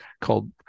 called